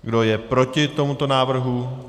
Kdo je proti tomuto návrhu?